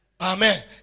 Amen